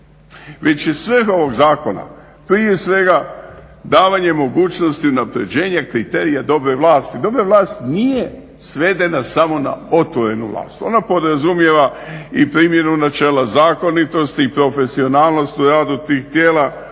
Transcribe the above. već je svrha ovog zakona prije svega davanje mogućnosti unapređenja kriterija dobre vlast. Dobra vlast nije svedena samo na otvorenu vlast, ona podrazumijeva i primjenu načela zakonitosti, profesionalnost u radu tih tijela,